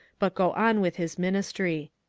but go on with his min istry.